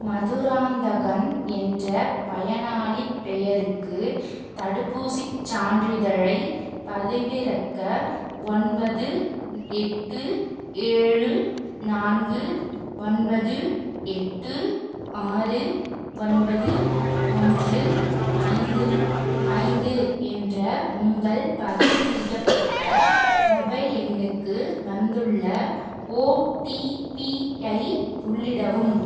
மதுராந்தகன் என்ற பயனாளிப் பெயருக்கு தடுப்பூசிச் சான்றிதழைப் பதிவிறக்க ஒன்பது எட்டு ஏழு நான்கு ஒன்பது எட்டு ஆறு ஒன்பது ஒன்று ஐந்து ஐந்து என்ற உங்கள் பதிவு செய்யப்பட்ட மொபைல் எண்ணுக்கு வந்துள்ள ஓடிபிஐ உள்ளிடவும்